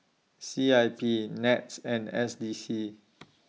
C I P Nets and S D C